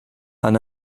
and